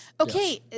okay